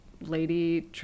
lady